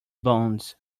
bonds